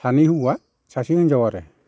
सानै हौवा सासे हिनजाव आरो